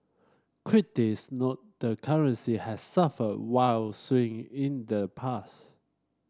critics note the currency has suffered wild swing in the past